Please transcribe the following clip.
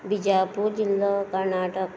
बिजापूर जिल्लो कर्नाटक